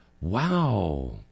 Wow